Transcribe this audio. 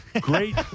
Great